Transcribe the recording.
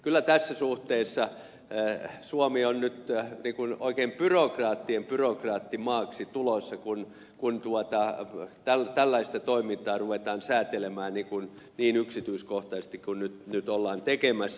kyllä tässä suhteessa suomi on nyt oikein byrokraattien byrokraattimaaksi tulossa kun tällaista toimintaa ruvetaan säätelemään niin yksityiskohtaisesti kuin nyt ollaan tekemässä